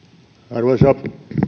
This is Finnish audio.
arvoisa